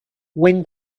when